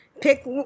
pick